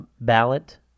ballot